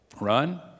run